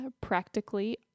practically